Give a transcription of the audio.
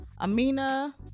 Amina